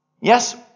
yes